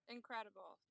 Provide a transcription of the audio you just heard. Incredible